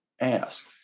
ask